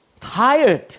Tired